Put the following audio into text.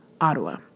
Ottawa